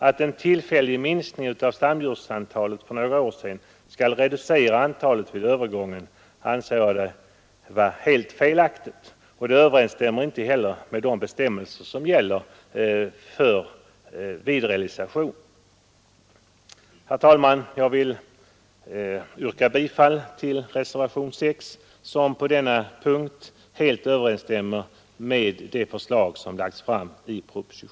Att en tillfällig minskning av stamdjursantalet för några år sedan skall reducera antalet vid övergångstillfället anser jag vara helt felaktigt och det överensstämmer inte heller med de bestämmelser som gäller vid realisation. Herr talman! Jag vill yrka bifall till reservationen 6, som på denna punkt helt överensstämmer med propositionens förslag.